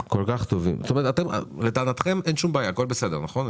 אין שום בעיה, הכול בסדר, נכון?